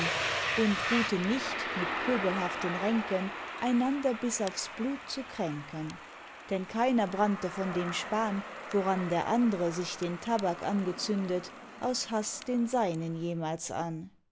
und ruhten nicht mit pöbelhaften ränken einander bis aufs blut zu kränken denn keiner brannte von dem span woran der andre sich den tabak angezündet aus haß den seinen jemals an